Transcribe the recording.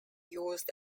used